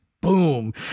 boom